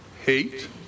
hate